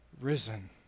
risen